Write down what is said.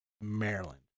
Maryland